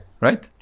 Right